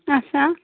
اچھا